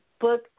book